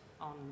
on